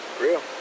real